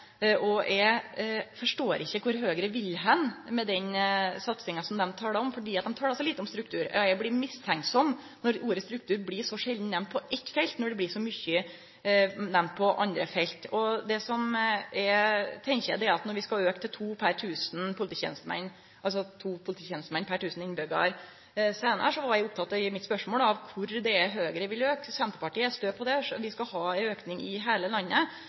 og det som eg stussa på og ikkje forstår, er kvar Høgre vil med den satsinga som dei talar om, fordi dei pratar så lite om struktur. Eg blir mistenksam når ordet «struktur» blir så sjeldan nemnt på eit felt, når det blir så mykje nemnt på andre felt. Og når talet på polititenestemenn per innbyggjar skal aukast til to per 1 000, er eg oppteken av, som eg var i spørsmålet mitt, kvar Høgre vil auke. Senterpartiet står støtt på det, vi skal ha ein auke i heile landet,